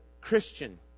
Christian